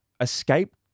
Escape